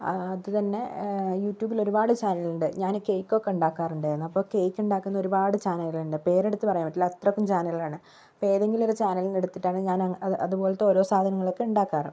അതുത്തന്നെ യൂടൃൂബില് ഒരുപാട് ചാനലുണ്ട് ഞാന് കേക്ക് ഒക്കെ ഉണ്ടാക്കാറുണ്ടായിരുന്നു അപ്പം കേക്ക് ഉണ്ടാക്കുന്ന ഒരുപാട് ചാനലുകള് ഉണ്ട് പേരെടുത്ത് പറയാന് പറ്റില്ല അത്രക്കും ചാനലുകളാണ് ഇപ്പം ഏതെങ്കിലും ഒരു ചാനലില് നിന്നു എടുത്തിട്ടാണ് ഞാന് അതുപോലത്തെ ഓരോ സാധനങ്ങള് ഒക്കെ ഉണ്ടാകാറ്